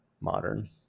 modern